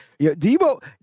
Debo